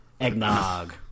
eggnog